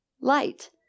light